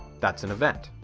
that's an event.